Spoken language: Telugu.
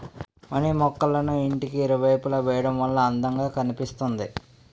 మనీ మొక్కళ్ళను ఇంటికి ఇరువైపులా వేయడం వల్ల అందం గా కనిపిస్తుంది